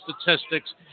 statistics